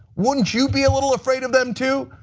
wouldnit you be a little afraid of them too?